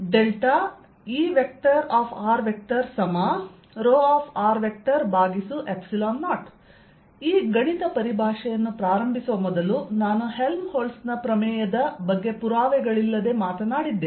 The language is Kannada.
Erρ0 ಈ ಗಣಿತ ಪರಿಭಾಷೆಯನ್ನು ಪ್ರಾರಂಭಿಸುವ ಮೊದಲು ನಾನು ಹೆಲ್ಮ್ಹೋಲ್ಟ್ಜ್ Helmholtz's ಪ್ರಮೇಯದ ಬಗ್ಗೆ ಪುರಾವೆಗಳಿಲ್ಲದೆ ಮಾತನಾಡಿದ್ದೆ